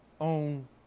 own